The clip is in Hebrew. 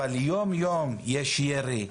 אבל יום-יום יש ירי,